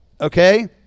Okay